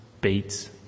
beats